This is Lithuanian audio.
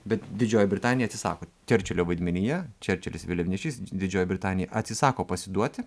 bet didžioji britanija atsisako čerčilio vaidmenyje čerčilis vėliavnešys didžioji britanija atsisako pasiduoti